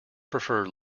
prefer